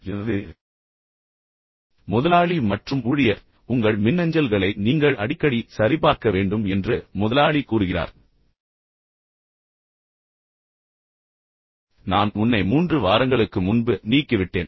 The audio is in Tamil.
எனவே முதலாளி மற்றும் ஊழியர் ஊழியர் வந்துவிட்டார் உங்கள் மின்னஞ்சல்களை நீங்கள் அடிக்கடி சரிபார்க்க வேண்டும் என்று முதலாளி கூறுகிறார் நான் உன்னை மூன்று வாரங்களுக்கு முன்பு நீக்கிவிட்டேன்